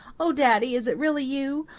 oh, daddy, is it really you?